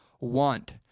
want